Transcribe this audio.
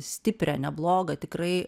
stiprią neblogą tikrai